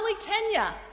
Kenya